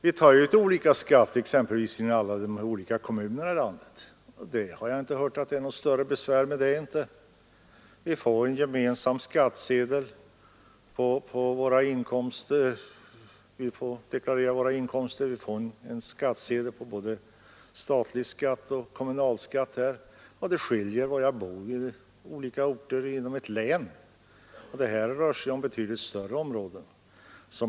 Vi tar ju ut olika skatt exempelvis i alla de olika kommunerna i landet, och jag har inte hört att det är något större besvär med det. Vi får deklarera våra inkomster och får en skattsedel på både statlig skatt och kommunalskatt. Det skiljer beroende på var man bor i de olika orterna inom ett län, och här rör det sig om betydligt mindre områden.